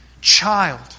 child